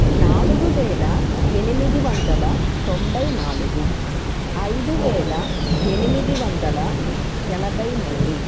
నాలుగు వేల ఎనిమిది వందల తొంభై నాలుగు ఐదు వేల ఎనిమిది వందల ఎనభై మూడు